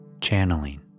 channeling